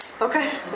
okay